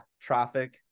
traffic